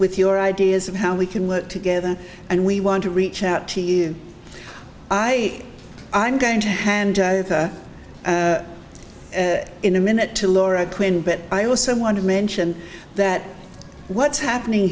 with your ideas of how we can work together and we want to reach out to you i i'm going to hand in a minute to laura quinn but i also want to mention that what's happening